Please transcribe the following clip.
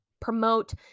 promote